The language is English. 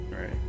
Right